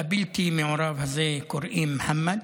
לבלתי-מעורב הזה קוראים מוחמד,